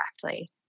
correctly